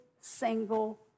single